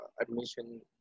admission